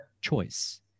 choice